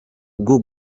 bwo